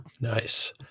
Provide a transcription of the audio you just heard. nice